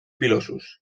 pilosos